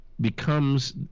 becomes